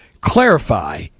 clarify